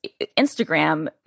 Instagram